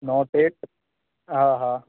note एट हा हा